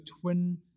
twin